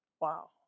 Wow